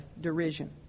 derision